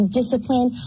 discipline